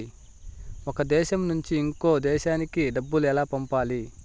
ఒక దేశం నుంచి ఇంకొక దేశానికి డబ్బులు ఎలా పంపాలి?